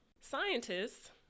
scientists